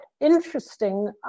interesting